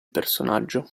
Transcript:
personaggio